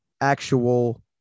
actual